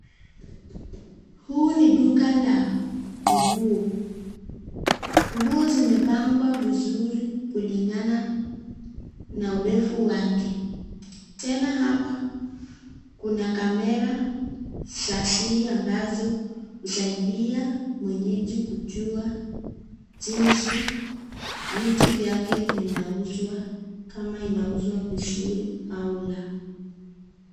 Huu ni duka la nguo, nguo zimepangwa vizuri kulingana na urefu wake. Tena hapa kuna kamera za siri ambazo husaidia mwenyeji kujua jinsi vitu vyake vinauzwa kama inauzwa vizuri au la.